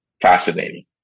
fascinating